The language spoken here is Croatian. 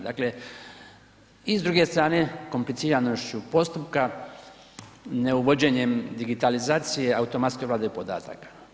Dakle, i s druge strane kompliciranošću postupka neuvođenjem digitalizacije automatske obrade podataka.